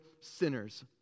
sinners